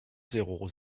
zéro